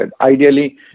Ideally